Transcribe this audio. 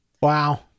Wow